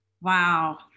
Wow